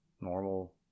normal